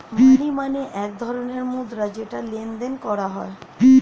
মানি মানে এক ধরণের মুদ্রা যেটা লেনদেন করা হয়